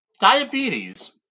diabetes